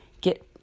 get